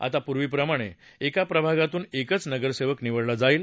आता पूर्वीप्रमाणे एका प्रभागातून एकच नगरसेवक निवडला जाईल